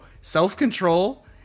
self-control